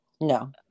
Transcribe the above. No